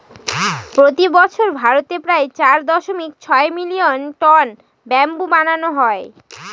প্রতি বছর ভারতে প্রায় চার দশমিক ছয় মিলিয়ন টন ব্যাম্বু বানানো হয়